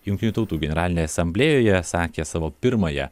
jungtinių tautų generalinėje asamblėjoje sakė savo pirmąją